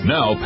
Now